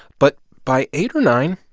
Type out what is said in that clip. but by eight or nine,